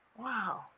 wow